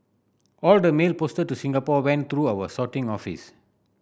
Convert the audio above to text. all the mail posted to Singapore went through our sorting office